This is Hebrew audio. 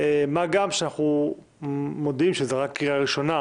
מה גם שאנחנו מודים שזו רק קריאה ראשונה,